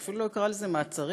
אני אפילו לא אקרא לזה מעצרים,